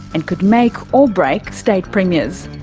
and could make or break state premiers.